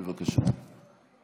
בבקשה.